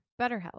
BetterHelp